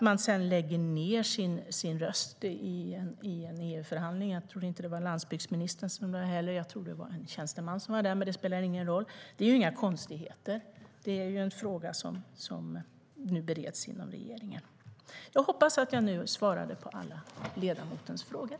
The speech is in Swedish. Jag tror inte att det var landsbygdsministern utan en tjänsteman som lade ned sin röst i en EU-förhandling - det spelar ingen roll - men det är inte konstigt. Det är en fråga som nu bereds inom regeringen. Jag hoppas att jag nu svarade på alla ledamotens frågor.